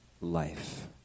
life